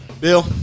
Bill